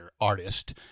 artist